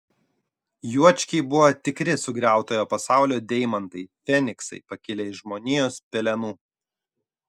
juočkiai buvo tikri sugriautojo pasaulio deimantai feniksai pakilę iš žmonijos pelenų